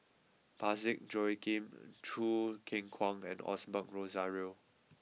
Parsick Joaquim Choo Keng Kwang and Osbert Rozario